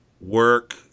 work